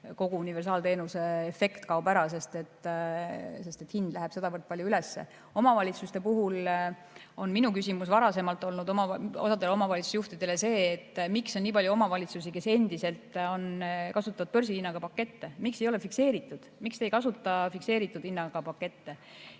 kogu universaalteenuse efekt kaob ära, sest hind läheb sedavõrd palju üles. Omavalitsuste puhul on minu küsimus osale omavalitsusjuhtidele varem olnud see, miks on nii palju omavalitsusi, kes endiselt kasutavad börsihinnaga pakette. Miks ei ole neid [muudetud], miks te ei kasuta fikseeritud hinnaga pakette?